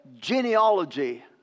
genealogy